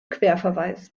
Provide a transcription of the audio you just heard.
querverweis